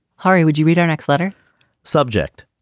harry, would you read our next letter subject,